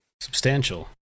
Substantial